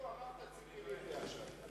כאילו אמרת ציפי לבני עכשיו.